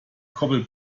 koppel